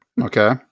Okay